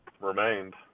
remained